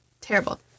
Terrible